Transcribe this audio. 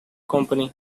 company